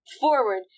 forward